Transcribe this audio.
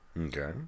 Okay